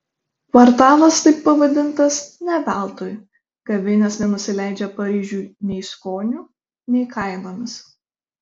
kvartalas taip pavadintas ne veltui kavinės nenusileidžia paryžiui nei skoniu nei kainomis